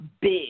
big